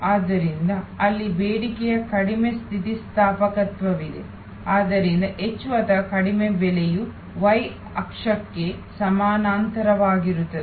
ಆದ್ದರಿಂದ ಅಲ್ಲಿ ಬೇಡಿಕೆಯ ಕಡಿಮೆ ಸ್ಥಿತಿಸ್ಥಾಪಕತ್ವವಿದೆ ಆದ್ದರಿಂದ ಹೆಚ್ಚು ಅಥವಾ ಕಡಿಮೆ ಬೇಡಿಕೆಯು y ಅಕ್ಷಕ್ಕೆ ಸಮಾನಾಂತರವಾಗಿರುತ್ತದೆ